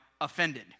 offended